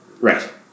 Right